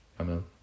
Amen